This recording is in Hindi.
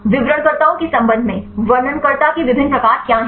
विवरणकर्ताओं के संबंध में वर्णनकर्ता के विभिन्न प्रकार क्या हैं